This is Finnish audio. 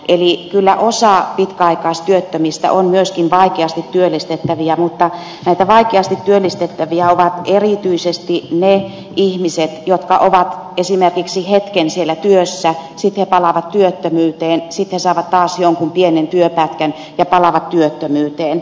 eli kyllä osa pitkäaikaistyöttömistä on myöskin vaikeasti työllistettäviä mutta näitä vaikeasti työllistettäviä ovat erityisesti ne ihmiset jotka esimerkiksi ovat hetken siellä työssä sitten palaavat työttömyyteen sitten saavat taas jonkun pienen työpätkän ja palaavat työttömyyteen